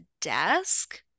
desk